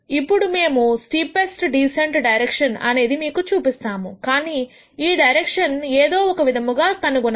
ఇప్పుడు మేము steepest descent direction అనేది మీకు చూపిస్తాము కానీ ఈ డైరెక్షను ఏదో ఒక విధముగా కనుగొనాలి